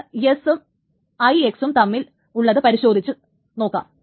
നമുക്ക് ട ഉം IX ഉം തമ്മിൽ ഉള്ളത് പരിശോധിച്ചു നോക്കാം